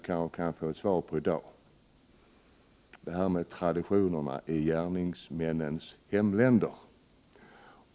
Frågan gäller traditionerna i gärningsmännens hemländer.